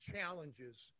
challenges